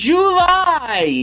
July